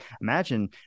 imagine